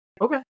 okay